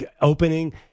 opening